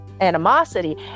animosity